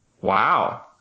Wow